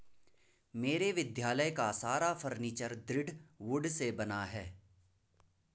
मेरे विद्यालय का सारा फर्नीचर दृढ़ वुड से बना है